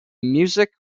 music